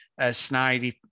snidey